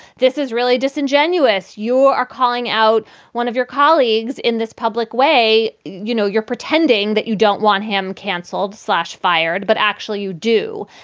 this is really disingenuous. you are calling out one of your colleagues in this public way. you know, you're pretending that you don't want him canceled, slash, fired, but actually you do.